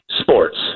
Sports